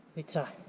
it's a